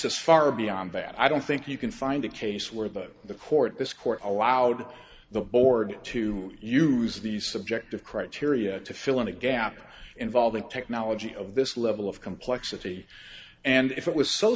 is far beyond that i don't think you can find a case where that the court this court allowed the board to use these subjective criteria to fill in a gap involving technology of this level of complexity and if it was so